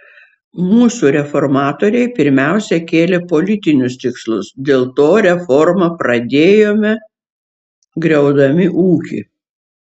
mūsų reformatoriai pirmiausia kėlė politinius tikslus dėl to reformą pradėjome griaudami ūkį